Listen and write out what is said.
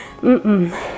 Mm-mm